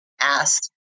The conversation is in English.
asked